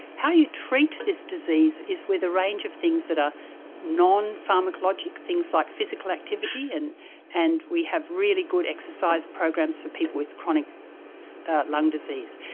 how you treat this disease is with a range of things that are non-pharmacologic, things like physical activity, and and we have really good exercise programs for people with chronic lung disease.